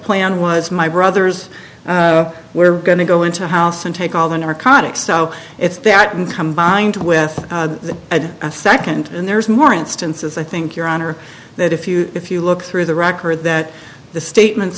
plan was my brothers were going to go into a house and take all the narcotics so it's that when combined with the second and there's more instances i think your honor that if you if you look through the record that the statements